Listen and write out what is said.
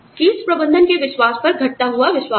शीर्ष प्रबंधन के विश्वास पर घटता हुआ विश्वास